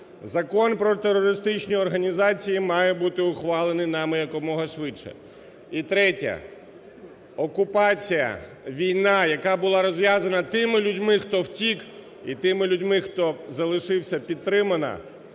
Закон про терористичні організації має бути ухвалений нами якомога швидше. І третє. Окупація, війна, яка була розв'язана тими людьми, хто втік, і тими людьми, хто залишився, підтримана